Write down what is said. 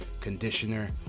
conditioner